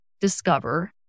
discover